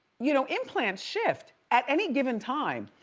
you know, implants shift at any given time,